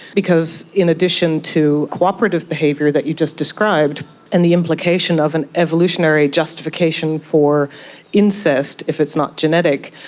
because in addition to cooperative behaviour that you just described and the implication of an evolutionary justification for incest, if it's not genetic,